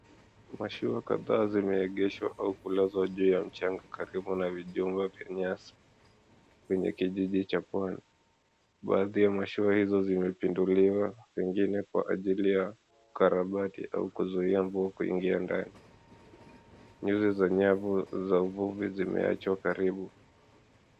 Mashua kadhaa zimeegeshwa au kulazwa juu ya mchanga karibu na vijumba vya nyasi kwenye kijiji cha pwani. Baadhi ya mashua hizo zimepinduliwa pengine kwa ajili ya ukarabati au kuzuia mvua kuingia ndani. Nyuzi za nyavu za uvuvi zimewachwa karibu.